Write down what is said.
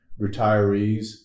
retirees